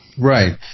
Right